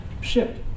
shipped